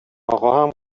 آقاهم